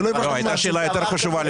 הייתה שאלה יותר חשובה לפני.